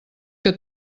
que